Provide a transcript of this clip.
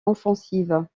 offensive